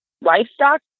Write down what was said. livestock